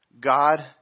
God